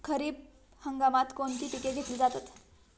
खरीप हंगामात कोणती पिके घेतली जातात?